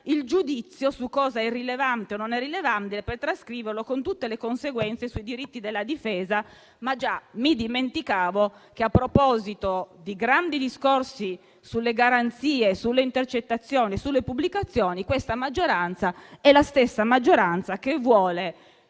il giudizio su cosa è o meno rilevante per trascriverlo, con tutte le conseguenze sui diritti della difesa. Dimenticavo inoltre che a proposito di grandi discorsi sulle garanzie, sulle intercettazioni e sulle pubblicazioni questa maggioranza è la stessa che vuole